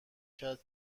کرد